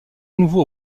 nouveau